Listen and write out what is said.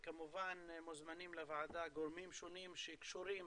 מוזמנים לוועדה גורמים שונים שקשורים